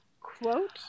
Quote